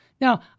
Now